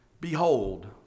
Behold